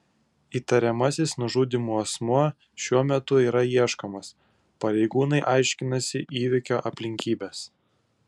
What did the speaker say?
įtariamasis nužudymu asmuo šiuo metu yra ieškomas pareigūnai aiškinasi įvykio aplinkybes